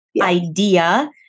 idea